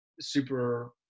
super